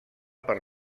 per